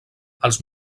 els